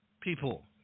people